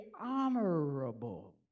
honorable